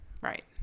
Right